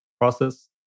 process